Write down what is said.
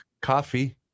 Coffee